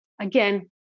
Again